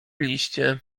liście